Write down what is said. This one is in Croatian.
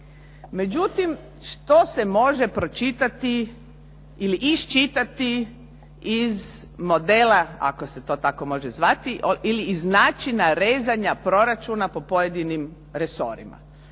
Međutim, što se može pročitati ili iščitati iz modela, ako se to tako može zvati, ili iz načina rezanja proračuna po pojedinim resorima.